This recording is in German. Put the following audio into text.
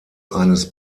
eines